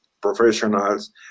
professionals